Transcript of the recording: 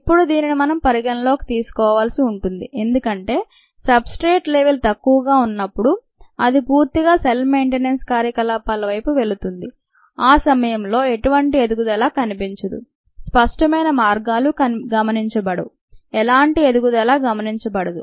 ఇప్పడు దీనిని మనం పరిగణనలోకి తీసుకోవాల్సి ఉంది ఎందుకంటే సబ్ స్ట్రేట్ లెవల్ తక్కువగా ఉన్నప్పుడు అది పూర్తిగా సెల్ మెయింటెనెన్స్ కార్యకలాపాల వైపు వెళుతుంది ఆ సమయంలో ఎటువంటి ఎదుగుదల కనిపించదు స్పష్టమైన మార్గాలు గమనించబడవు ఎలాంటి ఎదుగుదల గమనించబడదు